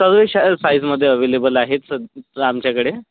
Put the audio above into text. सर्व शा साइझमध्ये अवेलेबल आहेत सद आमच्याकडे